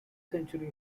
century